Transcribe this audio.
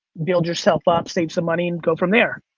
build yourself up, save some money and go from there.